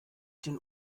den